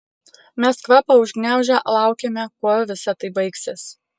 mes kvapą užgniaužę laukėme kuo visa tai baigsis